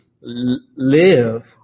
live